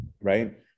right